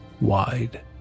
wide